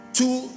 two